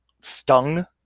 stung